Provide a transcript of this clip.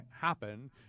happen